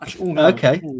Okay